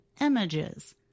images